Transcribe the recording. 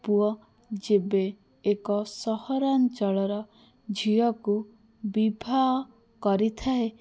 ପୁଅ ଯେବେ ଏକ ସହରାଞ୍ଚଳର ଝିଅକୁ ବିବାହ କରିଥାଏ